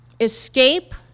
escape